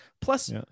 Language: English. plus